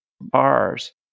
bars